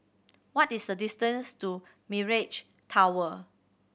what is the distance to Mirage Tower